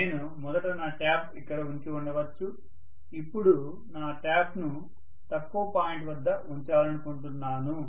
నేను మొదట నా ట్యాప్ ఇక్కడ ఉంచి ఉండవచ్చు ఇప్పుడు నేను నా ట్యాప్ను తక్కువ పాయింట్ వద్ద ఉంచాలనుకుంటున్నాను